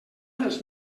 dels